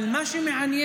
אבל מה שמעניין,